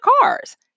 cars